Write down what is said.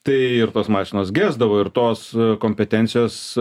tai ir tos mašinos gesdavo ir tos kompetencijos